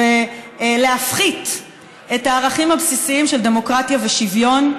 ולהפחית מהערכים הבסיסיים של דמוקרטיה ושוויון,